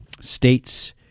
states